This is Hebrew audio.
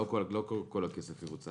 לא כל הכסף יבוצע.